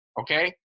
Okay